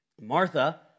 Martha